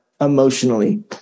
emotionally